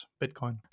Bitcoin